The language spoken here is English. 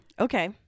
Okay